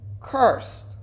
cursed